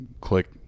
click